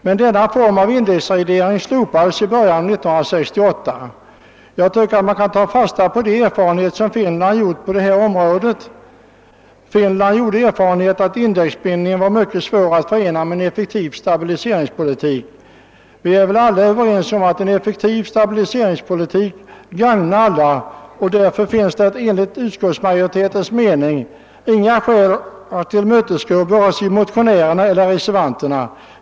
Men denna indexreglering slopades i början av år 1968. Jag tycker att vi bör ta fasta på de erfarenheter man gjort i Finland på detta område, nämligen att indexbindningen var mycket svår att förena med en effektiv stabiliseringspolitik. Vi är väl överens om att en effektiv stabiliseringspolitik gagnar alla, och därför finns det enligt utskottsmajoritetens mening inga skäl att tillmötesgå vare sig motionärerna eller reservanterna.